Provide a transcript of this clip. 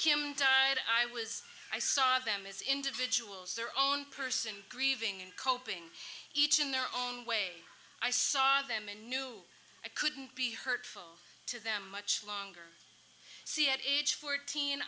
when i was i saw them as individuals their own person grieving and coping each in their own way i saw them and knew i couldn't be hurtful to them longer see at age fourteen